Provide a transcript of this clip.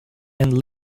and